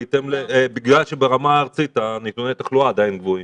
בגלל שברמה הארצית נתוני התחלואה עדיין גבוהים.